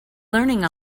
learning